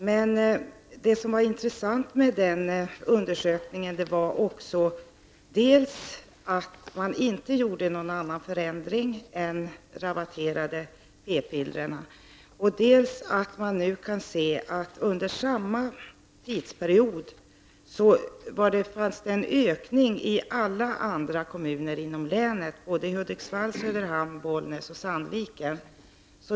Men det som var intressant med den var dels att man inte gjorde någon annan förändring än att rabattera p-pillren, dels att man nu kan se att under samma tidsperiod fanns det en ökning i alla andra kommuner i länet, i Hudiksvall, Söderhamn, Bollnäs och Sandviken.